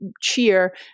cheer